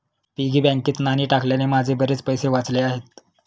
piggy बँकेत नाणी टाकल्याने माझे बरेच पैसे वाचले आहेत